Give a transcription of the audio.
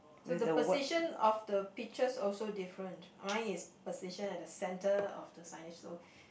so the position of the peaches also different mine is position at the center of the signage so